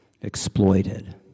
exploited